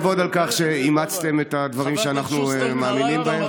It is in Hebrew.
כבוד על כך שאימצתם את הדברים שאנחנו מאמינים בהם,